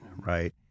right